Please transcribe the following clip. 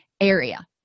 area